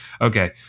Okay